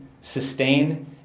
sustain